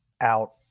out